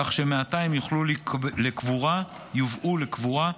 כך שמעתה הם יובאו לקבורה,